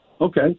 Okay